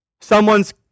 someone's